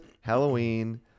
Halloween